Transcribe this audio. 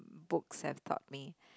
books have taught me